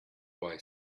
boy